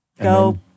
go